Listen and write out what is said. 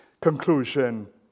Conclusion